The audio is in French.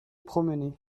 promener